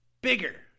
Bigger